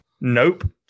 Nope